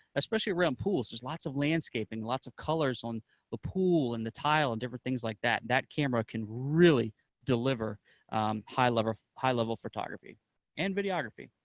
especially around pools, there's lots of landscaping, and lots of colors on the pool, and the tile, and different things like that. that camera can really deliver high level high level photography and videography,